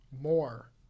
more